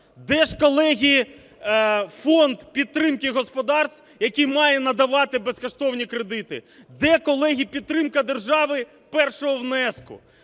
Де ж, колеги, фонд підтримки господарств, який має надавати безкоштовні кредити? Де, колеги, підтримка держави першого внеску?